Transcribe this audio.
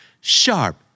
sharp